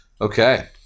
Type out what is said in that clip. Okay